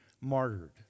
martyred